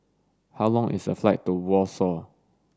how long is a flight to Warsaw